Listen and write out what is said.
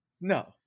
No